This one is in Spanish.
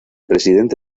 presidente